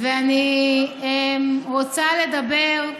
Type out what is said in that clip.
ואני רוצה לדבר,